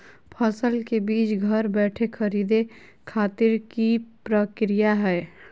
फसल के बीज घर बैठे खरीदे खातिर की प्रक्रिया हय?